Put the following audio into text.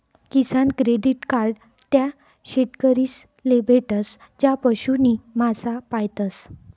किसान credit card त्या शेतकरीस ले भेटस ज्या पशु नी मासा पायतस